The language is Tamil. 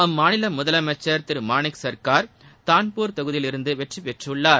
அம்மாநில முதலமைச்சர் திரு மாணிக் சர்க்கார் தான்பூர் தொகுதியிலிருந்து வெற்றி பெற்றுள்ளார்